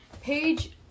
page